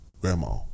grandma